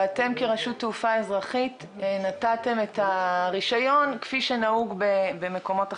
ואתם כרשות תעופה אזרחית נתתם את הרישיון כפי שנהוג במקומות אחרים.